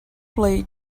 play